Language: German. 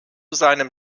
seinem